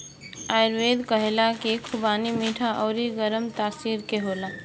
आयुर्वेद कहेला की खुबानी मीठा अउरी गरम तासीर के होला